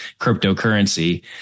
cryptocurrency